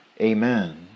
Amen